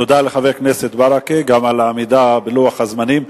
תודה לחבר הכנסת ברכה, גם על העמידה בלוח הזמנים.